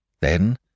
Then